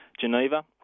Geneva